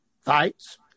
fights